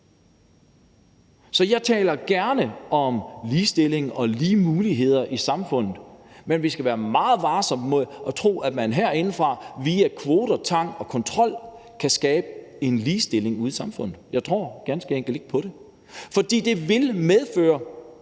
Så jeg taler jo gerne om ligestilling og lige muligheder i samfundet, men vi skal være meget varsomme med at tro, at man herindefra via kvoter, tvang og kontrol kan skabe en ligestilling ude i samfundet. Jeg tror ganske enkelt ikke på det. Det vil medføre,